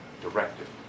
directive